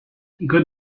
good